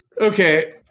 Okay